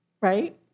Right